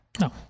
No